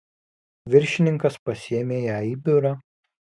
viršininkas pasiėmė ją į biurą